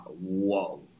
whoa